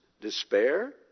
despair